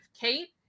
Kate